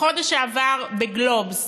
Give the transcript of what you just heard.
בחודש שעבר ב"גלובס":